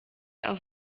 auf